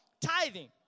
tithing